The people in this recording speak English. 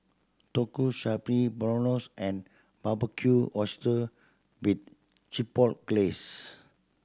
Tonkatsu Spaghetti Bolognese and Barbecued Oyster with Chipotle Glaze